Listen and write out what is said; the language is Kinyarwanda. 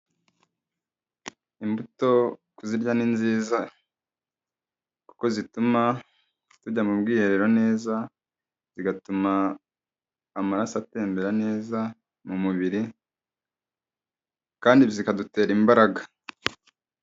Imbuto kuzirya ni nziza kuko zituma tujya mu bwiherero neza, zigatuma amaraso atembera neza mu mubiri kandi zikadutera imbaraga.